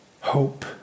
Hope